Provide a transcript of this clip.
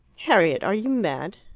harriet, are you mad?